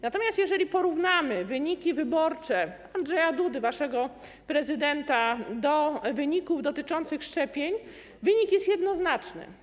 Natomiast jeżeli porównamy wyniki wyborcze Andrzeja Dudy, waszego prezydenta, do wyników dotyczących szczepień, rezultat jest jednoznaczny.